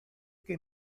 que